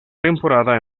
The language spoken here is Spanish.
temporada